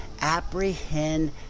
apprehend